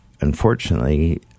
unfortunately